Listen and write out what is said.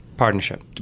Partnership